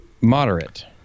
Moderate